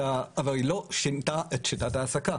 אבל הוועדה לא שינתה את שיטת ההעסקה.